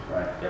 Right